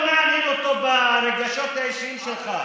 לא מעניינים אותו הרגשות האישיים שלך.